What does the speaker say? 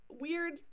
weird